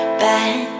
bad